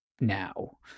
now